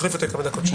כן.